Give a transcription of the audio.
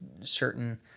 certain